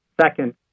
Second